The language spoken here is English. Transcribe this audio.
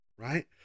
Right